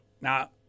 Now